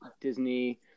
Disney